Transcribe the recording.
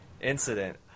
incident